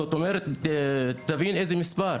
זאת אומרת תבין את המספר.